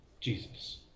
Jesus